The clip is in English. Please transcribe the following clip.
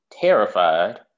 terrified